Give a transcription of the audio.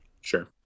Sure